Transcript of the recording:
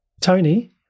Tony